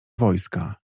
wojska